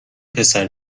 پسر